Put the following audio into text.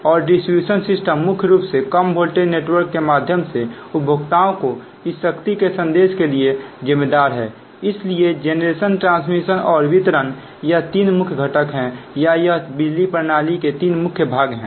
और distribution system मुख्य रूप से कम वोल्टेज नेटवर्क के माध्यम से उपभोक्ताओं को इस शक्ति के संदेश के लिए जिम्मेदार है इसलिए जेनरेशन ट्रांसमिशन और फिर डिस्ट्रीब्यूशन यह तीन मुख्य घटक है या यह बिजली प्रणाली के 3 मुख्य भाग हैं